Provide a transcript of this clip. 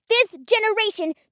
fifth-generation